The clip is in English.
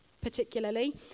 particularly